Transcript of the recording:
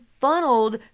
funneled